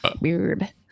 Weird